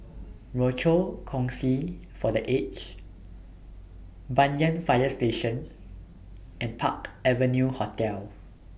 Rochor Kongsi For The Aged Banyan Fire Station and Park Avenue Hotel